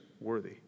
worthy